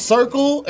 Circle